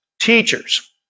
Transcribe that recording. teachers